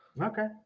okay